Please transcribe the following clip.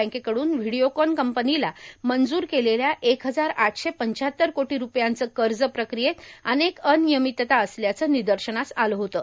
बँकेकड़न Videocon कंपनीला मंजूर केलेल्या एक हजार आठशे पंचाहत्तर कोटी रुपयांचं कर्ज प्रक्रियेत अनेक अनियमितता असल्याचं निदर्शनास आलं होतं